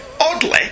Oddly